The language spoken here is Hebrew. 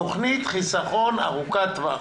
תוכנית חיסכון ארוכת טווח.